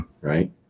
Right